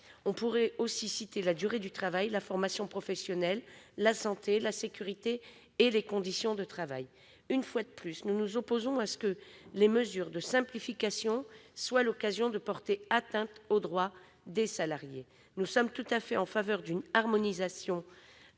on pourrait également citer la durée du travail, la formation professionnelle, la santé, la sécurité et les conditions de travail. Une fois de plus, nous nous opposons à ce que les mesures de simplification soient l'occasion de porter atteinte aux droits des salariés. Nous sommes tout à fait favorables à une harmonisation